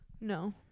No